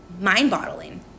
mind-boggling